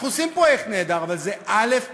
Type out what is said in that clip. אנחנו עושים פרויקט נהדר, אבל זה אלף-בית.